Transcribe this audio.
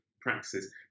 practices